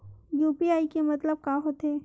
UPI के मतलब का होथे?